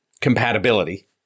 compatibility